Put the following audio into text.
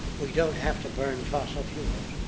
we don't have to burn fossil fuels.